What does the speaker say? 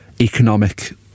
economic